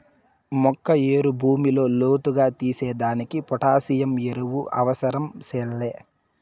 మొక్క ఏరు భూమిలో లోతుగా తీసేదానికి పొటాసియం ఎరువు అవసరం సెల్లే